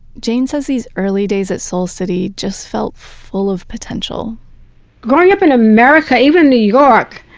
jane says, these early days at soul city just felt full of potential growing up in america, even new york,